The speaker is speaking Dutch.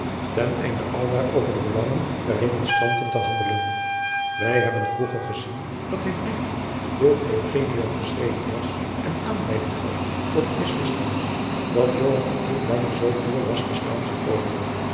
ten einde aldaar over de belangen der remonstranten te handelen wij hebben vroeger gezien dat dit briefje door eugenio geschreven was en aanleiding gaf tot het misverstand dat joan te tiel bijna zoo duur was te staan